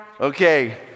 Okay